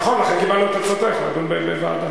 נכון, לכן קיבלנו את הצעתך לדון בוועדה.